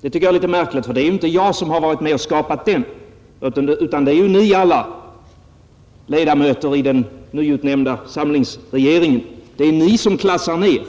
Det är märkligt, eftersom inte jag har varit med om att skapa detta utan det har ju ni alla, ledamöter i den nyutnämnda samlingsregeringen. Det är ni som klassar ner